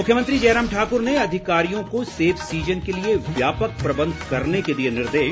मुख्यमंत्री जयराम ठाक्र ने अधिकारियों को सेब सीजन के लिए व्यापक प्रबंध करने के दिए निर्देश